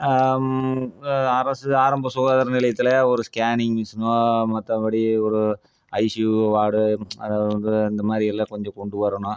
அரசு ஆரம்ப சுகாதார நிலையத்தில் ஒரு ஸ்கேனிங் மிஷினோ மற்றபடி ஒரு ஐசியூ வார்டோ அதாவது வந்து இந்த மாதிரி எல்லாம் கொஞ்சம் கொண்டு வரணும்